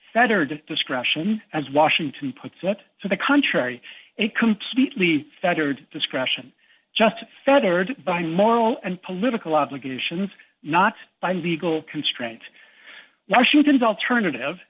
saturday discretion as washington puts it to the contrary it completely fettered discretion just fettered by moral and political obligations not by legal constraint washington's alternative